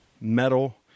metal